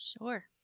Sure